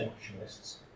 nationalists